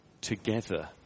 together